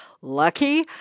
lucky